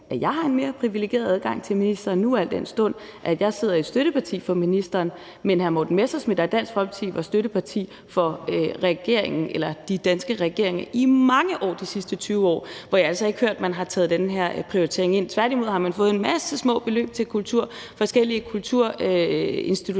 at jeg nu har en mere privilegeret adgang til ministeren, al den stund at jeg sidder i et støtteparti for ministeren. Men hr. Morten Messerschmidt og Dansk Folkeparti har været støtteparti for de danske regeringer i mange år i de sidste 20 år, og hvor jeg altså ikke har hørt, at man har taget den her prioritering med ind. Tværtimod har man fået en masse små beløb til forskellige kulturinstitutioner